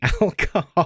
alcohol